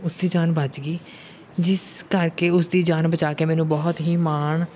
ਉਸ ਦੀ ਜਾਨ ਬਚ ਗਈ ਜਿਸ ਕਰਕੇ ਉਸ ਦੀ ਜਾਨ ਬਚਾ ਕੇ ਮੈਨੂੰ ਬਹੁਤ ਹੀ ਮਾਣ